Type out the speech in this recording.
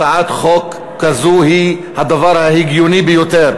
הצעת חוק כזאת היא הדבר ההגיוני ביותר.